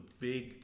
big